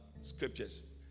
scriptures